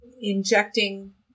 injecting